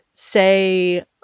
say